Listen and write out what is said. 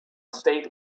state